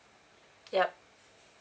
yup